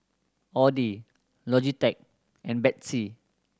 Audi Logitech and Betsy